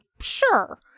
Sure